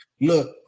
look